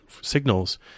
Signals